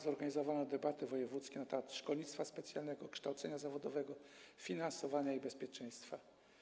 Zorganizowano debaty wojewódzkie na temat szkolnictwa specjalnego, kształcenia zawodowego, finansowania i bezpieczeństwa.